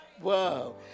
Whoa